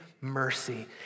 mercy